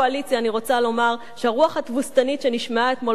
אני רוצה לומר שהרוח התבוסתנית שנשמעה אתמול במושב